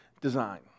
design